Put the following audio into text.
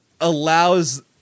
allows